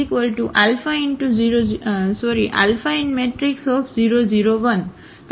x1 x2 x3 0 0 1